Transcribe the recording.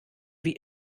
wie